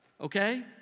okay